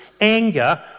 anger